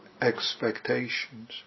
expectations